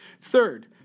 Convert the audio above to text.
Third